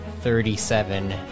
thirty-seven